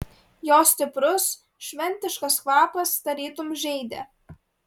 jo stiprus šventiškas kvapas tarytum žeidė